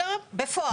אלא בפועל.